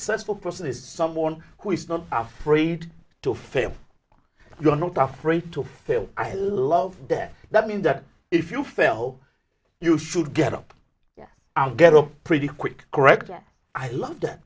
for person is someone who is not afraid to fail you're not afraid to fail i love that that mean that if you fail you should get up yeah i'll get up pretty quick correct that i love